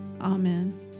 Amen